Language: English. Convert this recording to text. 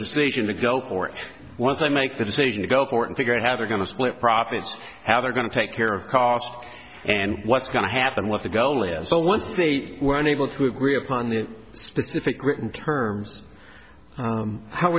decision to go for it once i make the decision to go forth and figure out how they're going to split profits how they're going to take care of costs and what's going to happen with the go live so once they were unable to agree upon the specific written terms how